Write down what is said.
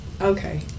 Okay